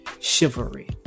chivalry